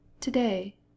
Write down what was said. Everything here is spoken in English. Today